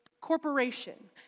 corporation